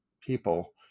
people